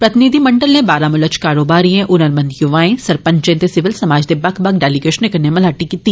प्रतिनिधिमंडल नै बारामुला च कारोबारिए हुनर मंद युवाएं सरपंचे ते सिविल समाज दे बक्ख बक्ख डेलिगेशने कन्नै मलाटी कीती